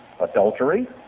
adultery